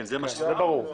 זה ברור.